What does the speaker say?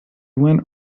went